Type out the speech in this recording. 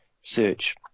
search